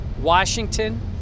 Washington